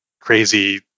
crazy